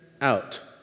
out